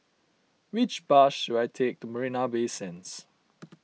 which bus should I take to Marina Bay Sands